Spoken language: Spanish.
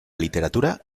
literatura